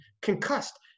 concussed